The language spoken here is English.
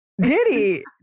Diddy